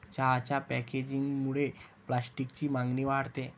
चहाच्या पॅकेजिंगमुळे प्लास्टिकची मागणी वाढते